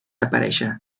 aparèixer